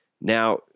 Now